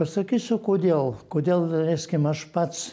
pasakysiu kodėl kodėl daleiskim aš pats